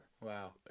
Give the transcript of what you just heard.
wow